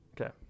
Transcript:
Okay